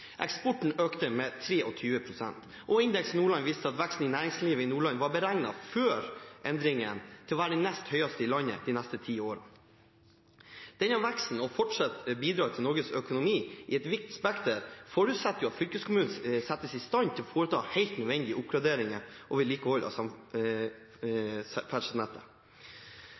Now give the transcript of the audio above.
næringslivet i Nordland var beregnet før endringen til å være den nest høyeste i landet de neste ti år. Denne veksten – og fortsatt bidrag til Norges økonomi i et vidt spekter – forutsetter at fylkeskommunen settes i stand til å foreta helt nødvendig oppgradering og vedlikehold av